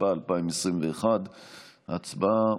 התשפ"א 2021. הצבעה,